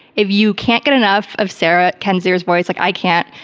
if you can't get enough of sarah kendzior's voice like i can't,